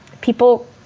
people